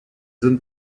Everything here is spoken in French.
zone